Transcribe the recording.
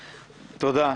תודה.